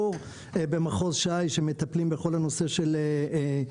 יש במחוז ש"י שמטפלות בכל הנושא של פיגועים,